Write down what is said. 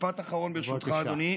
משפט אחרון, ברשותך, אדוני.